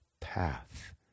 path